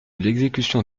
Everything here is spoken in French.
l’exécution